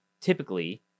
Typically